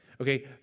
Okay